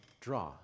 draw